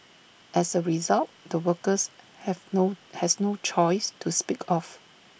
as A result the workers have no has no choice to speak of